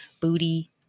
Booty